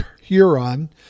Huron